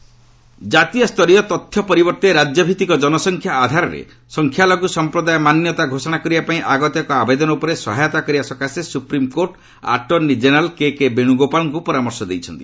SC minority ଜାତୀୟ ସ୍ତରୀୟ ତଥ୍ୟ ପରିବର୍ତ୍ତେ ରାଜ୍ୟ ଭିଭିକ ଜନସଂଖ୍ୟା ଆଧାରରେ ସଂଖ୍ୟାଲଘୁ ସମ୍ପ୍ରଦାୟ ମାନ୍ୟତା ଘୋଷଣା କରିବା ପାଇଁ ଆଗତ ଏକ ଆବେଦନ ଉପରେ ସହାୟତା କରିବା ସକାଶେ ସୁପ୍ରିମ୍କୋର୍ଟ୍ ଆଟର୍ଶ୍ଣି ଜେନେରାଲ୍ କେକେ ବେଣୁଗୋଳଙ୍କୁ ପରାମର୍ଶ ଦେଇଛନ୍ତି